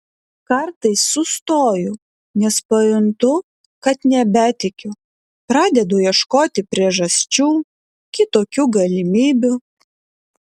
kartais sustoju nes pajuntu kad nebetikiu pradedu ieškoti priežasčių kitokių galimybių